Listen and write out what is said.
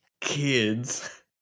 kids